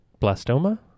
blastoma